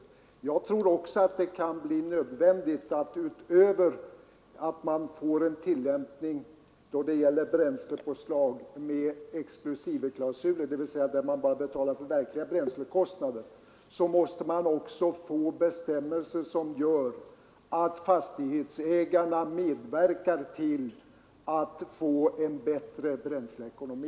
Även jag tror det kan bli nödvändigt att utöver ett system med bränslepåslag med exklusivklausuler — dvs. där man bara betalar för verkliga bränslekostnader — skapar bestämmelser som animerar fastighetsägarna att medverka till att åstadkomma en bättre bränsleekonomi.